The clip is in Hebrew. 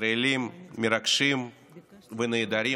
ישראלים מרגשים ונהדרים.